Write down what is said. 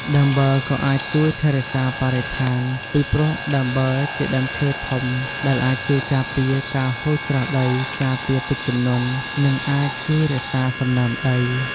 ដើមប័រក៏អាចជួយថែរក្សាបរិស្ថាន ពីព្រោះដើមបឺរជាដើមឈើធំដែលអាចជួយការពារការហូរច្រោះដី ការពារទឹកជំនន់ និងអាចជួយរក្សាសំណើមដី។